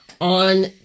on